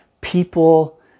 people